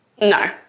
No